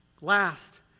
Last